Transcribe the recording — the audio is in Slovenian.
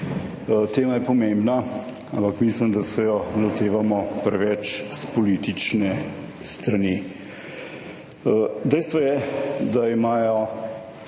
Tema je pomembna, ampak mislim, da se jo lotevamo preveč s politične strani. Dejstvo je, da imajo